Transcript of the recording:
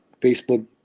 Facebook